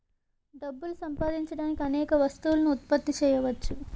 డబ్బులు సంపాదించడానికి అనేక వస్తువులను ఉత్పత్తి చేయవచ్చు